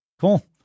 Cool